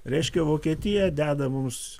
reiškia vokietija deda mums